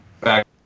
Back